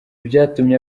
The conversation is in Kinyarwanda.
byatumye